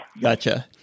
Gotcha